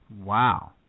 Wow